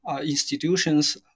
institutions